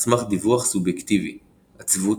על סמך דיווח סובייקטיבי עצבות,